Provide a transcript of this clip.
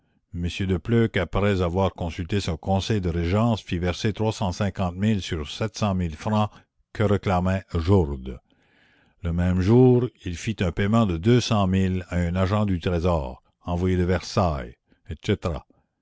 de pleuc après avoir consulté son conseil de régence fit verser sur francs que réclamait jourde le même jour il fit un payement de à un agent du trésor envoyé de versailles